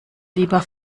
lieber